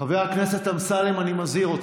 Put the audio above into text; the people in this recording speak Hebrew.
חבר הכנסת אמסלם, אני מזהיר אותך.